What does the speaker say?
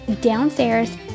downstairs